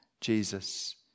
Jesus